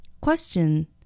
Question